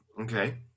Okay